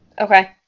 Okay